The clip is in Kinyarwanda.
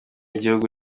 igihugu